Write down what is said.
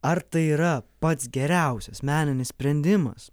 ar tai yra pats geriausias meninis sprendimas